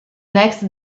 next